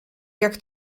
jak